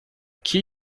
key